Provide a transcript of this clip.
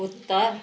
उत्तर